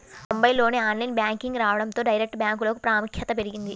తొంబైల్లోనే online banking రావడంతో direct బ్యాంకులకు ప్రాముఖ్యత పెరిగింది